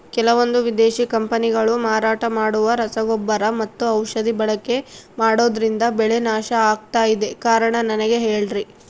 ಕೆಲವಂದು ವಿದೇಶಿ ಕಂಪನಿಗಳು ಮಾರಾಟ ಮಾಡುವ ರಸಗೊಬ್ಬರ ಮತ್ತು ಔಷಧಿ ಬಳಕೆ ಮಾಡೋದ್ರಿಂದ ಬೆಳೆ ನಾಶ ಆಗ್ತಾಇದೆ? ಕಾರಣ ನನಗೆ ಹೇಳ್ರಿ?